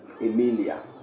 Emilia